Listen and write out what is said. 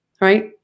right